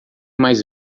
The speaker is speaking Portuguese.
mais